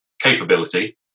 capability